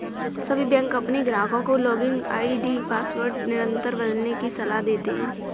सभी बैंक अपने ग्राहकों को लॉगिन आई.डी पासवर्ड निरंतर बदलने की सलाह देते हैं